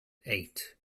eight